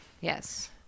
yes